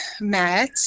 met